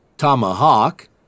Tomahawk